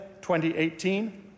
2018